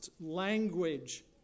language